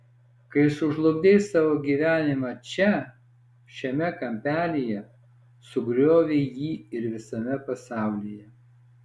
kai sužlugdei savo gyvenimą čia šiame kampelyje sugriovei jį ir visame pasaulyje